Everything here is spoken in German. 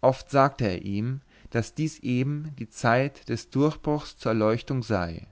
oft sagte er ihm daß dies eben die zeit des durchbruchs zur erleuchtung sei